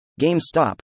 GameStop